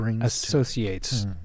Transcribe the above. Associates